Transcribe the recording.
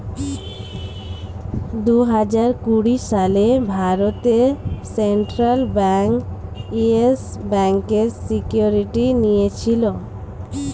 দুহাজার কুড়ি সালে ভারতের সেন্ট্রাল ব্যাঙ্ক ইয়েস ব্যাঙ্কের সিকিউরিটি নিয়েছিল